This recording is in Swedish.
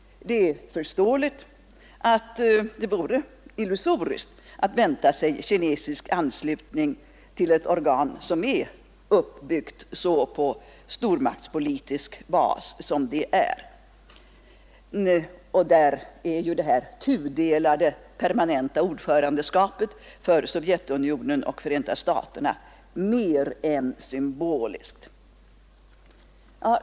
Det är förståeligt att det vore illusoriskt att vänta sig kinesisk anslutning till ett organ som är uppbyggt 115 så på stormaktspolitisk bas som nedrustningskommittén. Där är ju det tudelade permanenta ordförandeskapet för Sovjetunionen och Förenta staterna mer än symboliskt.